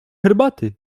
herbaty